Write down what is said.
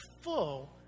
full